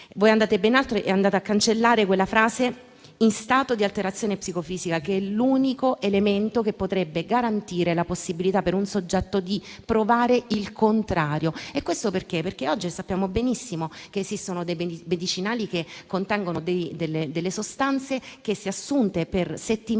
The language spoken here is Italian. ma andate ben oltre. Voi andate a cancellare quella frase «in stato di alterazione psicofisica», che è l'unico elemento che potrebbe garantire la possibilità per un soggetto di provare il contrario. E questo perché oggi sappiamo benissimo che esistono dei medicinali che contengono delle sostanze che, se assunte per settimane,